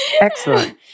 Excellent